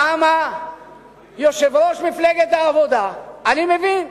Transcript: למה יושב-ראש מפלגת העבודה, אני מבין,